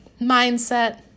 mindset